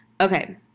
Okay